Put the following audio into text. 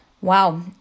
Wow